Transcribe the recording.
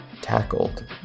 tackled